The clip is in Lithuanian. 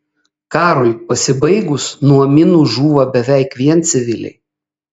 karui pasibaigus nuo minų žūva beveik vien civiliai